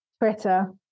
Twitter